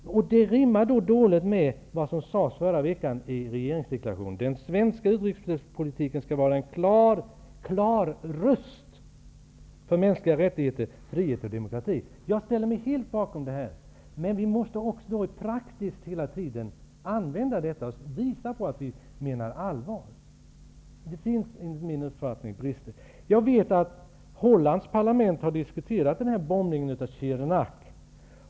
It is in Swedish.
Det rimmar dåligt med vad som sades förra veckan i regeringsdeklarationen om att den svenska utrikespolitiken skall vara en klar röst för mänskliga rättigheter, frihet och demokrati. Jag ställer mig helt bakom detta, men vi måste agera praktiskt och visa att vi menar allvar. Det finns enligt min uppfattning brister. Jag vet att man i Hollands parlament har diskuterat den här bombningen av Sirnak.